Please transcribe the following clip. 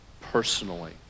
personally